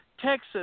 Texas